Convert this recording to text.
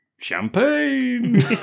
Champagne